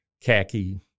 khaki